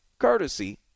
Courtesy